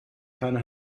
keine